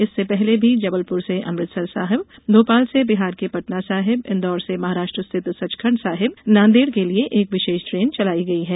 इससे पहले भी जबलपुर से अमृतसर साहिब भोपाल से बिहार के पटना साहिब इंदौर से महाराष्ट्र स्थित सचखंड साहिब नांदेड़ के लिए एक विशेष ट्रेन चलाई गई हैं